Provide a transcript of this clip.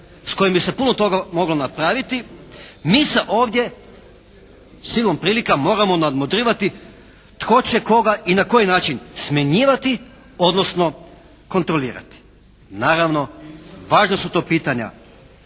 s kojim bi se puno toga moglo napraviti. Mi se ovdje silom prilika moramo nadmudrivati tko će koga i na koji način smjenjivati, odnosno kontrolirati. Naravno važna su to pitanja,